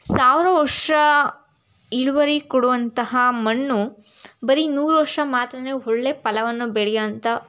ಸಾವಿರ ವರ್ಷ ಇಳುವರಿ ಕೊಡುವಂತಹ ಮಣ್ಣು ಬರೀ ನೂರು ವರ್ಷ ಮಾತ್ರವೇ ಒಳ್ಳೆಯ ಫಲವನ್ನು ಬೆಳೆಯೋ ಅಂಥ